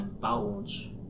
bulge